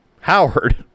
Howard